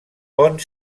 pont